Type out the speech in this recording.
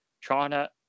China